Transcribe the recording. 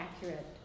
accurate